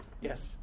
Yes